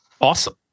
Awesome